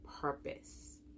purpose